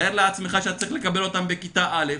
תאר לעצמך שאתה צריך לקבל אותם בכיתה א'